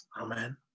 Amen